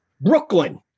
Brooklyn